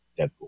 Deadpool